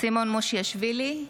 סימון מושיאשוילי,